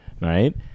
Right